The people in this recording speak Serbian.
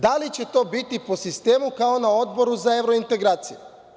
Da li će to biti po sistemu kao na Odboru za evrointegracije?